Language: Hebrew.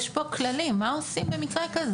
יש פה כללים, מה עושים במקרה כזה.